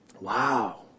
wow